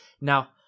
Now